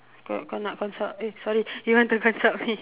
kau nak consult eh sorry you want to consult me